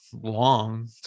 long